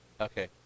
Okay